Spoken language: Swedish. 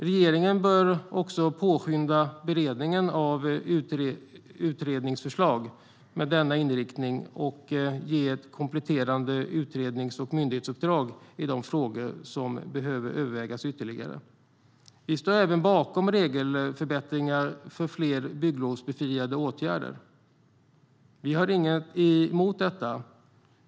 Regeringen bör också påskynda beredningen av utredningsförslag med denna inriktning och ge kompletterande utrednings och myndighetsuppdrag i frågor som behöver övervägas ytterligare. Vi står även bakom regelförbättringar för fler bygglovsbefriade åtgärder. Vi har ingenting emot detta.